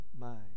mind